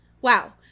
wow